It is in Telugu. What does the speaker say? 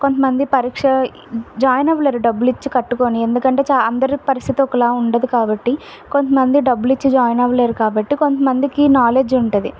కొంతమంది పరీక్ష జాయిన్ అవ్వలేరు డబ్బులు ఇచ్చి కట్టుకోని ఎందుకంటే చా అందరి పరిస్థితి ఒకలా ఉండదు కాబట్టి కొంతమంది డబ్బులు ఇచ్చి జాయిన్ అవ్వలేరు కాబట్టి కొంతమందికి నాలెడ్జ్ ఉంటుంది